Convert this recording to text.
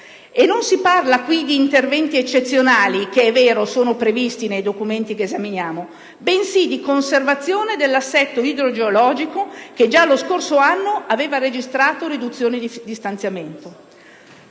E non si parla qui di interventi eccezionali che - è vero - sono previsti nei documenti al nostro esame, bensì di conservazione dell'assetto idrogeologico che già lo scorso anno aveva registrato riduzioni di stanziamento.